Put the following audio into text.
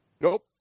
Nope